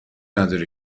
نداره